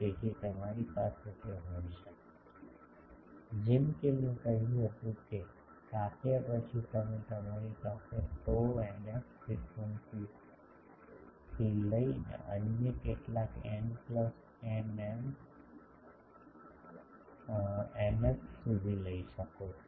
તેથી તમારી પાસે તે હોઈ શકે છે જેમ કે મેં કહ્યું હતું કે કાપ્યા પછી તમે તમારી પાસે tau એનએફ ફ્રીક્વન્સીથી લઈને અન્ય કેટલાક એન પ્લસ એમ એફ સુધી લઈ શકો છો